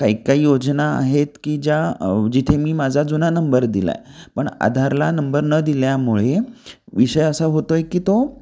काही काही योजना आहेत की ज्या जिथे मी माझा जुना नंबर दिला आहे पण आधारला नंबर न दिल्यामुळे विषय असा होतो आहे की तो